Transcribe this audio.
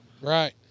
right